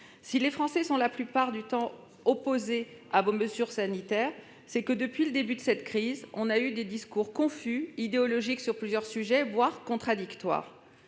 Si les Français sont la plupart du temps opposés à vos mesures sanitaires, c'est que depuis le début de cette crise, nous avons entendu des discours confus et idéologiques, voire contradictoires